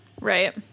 right